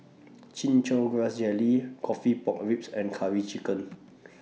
Chin Chow Grass Jelly Coffee Pork Ribs and Curry Chicken